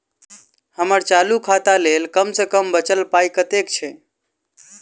हम्मर चालू खाता लेल कम सँ कम बचल पाइ कतेक छै?